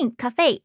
cafe